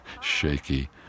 shaky